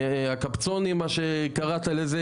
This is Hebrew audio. אין לנו עוד מדינה ללכת אליה.